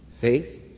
faith